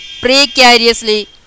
precariously